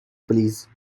please